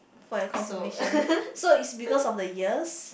for your confirmation so is because of the years